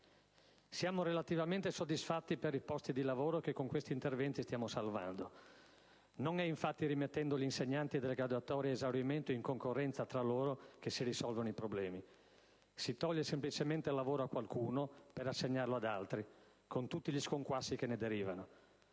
Siamo relativamente soddisfatti per i posti di lavoro che con questi interventi stiamo salvando. Non è infatti rimettendo gli insegnanti delle graduatorie ad esaurimento in concorrenza tra loro che si risolvono i problemi: si toglie semplicemente il lavoro a qualcuno per assegnarlo ad altri, con tutti gli sconquassi che ne derivano.